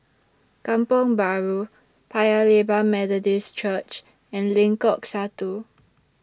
Kampong Bahru Paya Lebar Methodist Church and Lengkok Satu